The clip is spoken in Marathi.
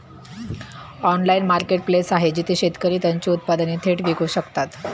ऑनलाइन मार्केटप्लेस आहे जिथे शेतकरी त्यांची उत्पादने थेट विकू शकतात?